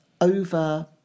over